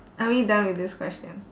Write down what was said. are we done with this question